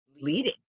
leading